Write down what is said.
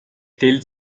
stelle